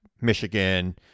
Michigan